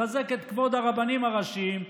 לחזק את כבוד הרבנים הראשיים,